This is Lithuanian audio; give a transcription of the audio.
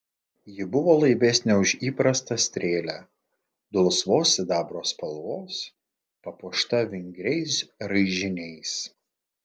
ji buvo laibesnė už įprastą strėlę dulsvos sidabro spalvos papuošta vingriais raižiniais